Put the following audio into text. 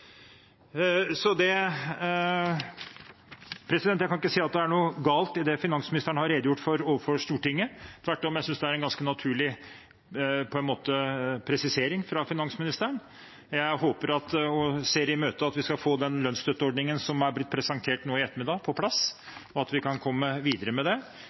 noe galt i det finansministeren har redegjort for overfor Stortinget. Tvert om synes jeg det er en ganske naturlig presisering fra finansministeren. Jeg håper, og ser i møte, at vi skal få den lønnsstøtteordningen som er blitt presentert nå i ettermiddag, på plass, og at vi kan komme videre med det.